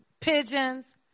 pigeons